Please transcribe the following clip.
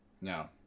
No